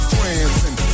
Transcend